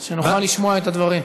שנוכל לשמוע את הדברים.